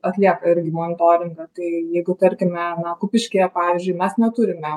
atlieka irgi monitoringą tai jeigu tarkime na kupiškyje pavyzdžiui mes neturime